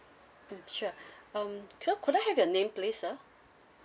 mm sure um cu~ could I have your name please ah